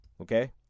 okay